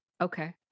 Okay